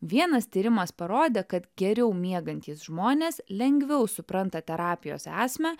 vienas tyrimas parodė kad geriau miegantys žmonės lengviau supranta terapijos esmę